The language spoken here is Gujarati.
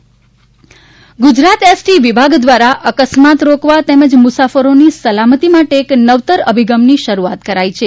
એસટી વિભાગ ગુજરાત એસટી વિભાગ દ્વારા અકસ્માત રોકવા તેમજ મુસાફરોની સલામતી માટે એક નવતર અભિગમની શરૂઆત કરાઇ છે